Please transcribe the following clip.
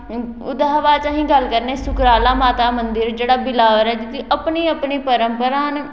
ओह्दे हा बाद च अस गल्ल करने सुकराला माता मंदर जेह्ड़ा बिलाबर ऐ जेह्दी अपनी अपनी परंपरा ना